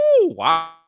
wow